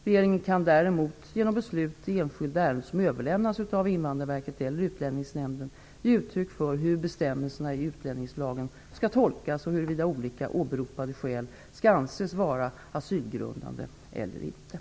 Regeringen kan däremot genom beslut i enskilda ärenden, som överlämnats av Invandrarverket eller Utlänningsnämnden, ge uttryck för hur bestämmelserna i utlänningslagen skall tolkas och huruvida olika åberopade skäl skall anses vara asylgrundande eller ej.